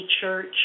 church